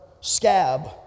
scab